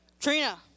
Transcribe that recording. Trina